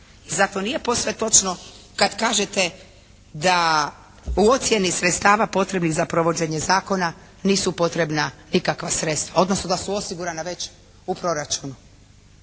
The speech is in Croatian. zato nije posve točno kad kažete da u ocjeni sredstava potrebnih za provođenje zakona nisu potrebna nikakva sredstva, odnosno da su osigurana već u proračunu.